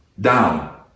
down